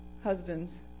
husbands